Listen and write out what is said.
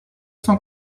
cent